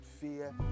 fear